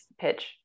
pitch